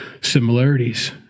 similarities